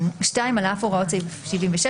על אף הוראות סעיף 76,